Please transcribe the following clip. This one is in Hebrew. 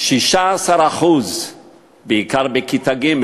16% בעיקר בכיתה ג'